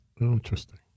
Interesting